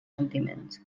sentiments